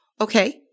okay